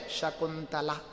Shakuntala